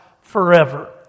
forever